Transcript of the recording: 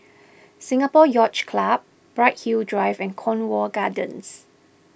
Singapore Yacht Club Bright Hill Drive and Cornwall Gardens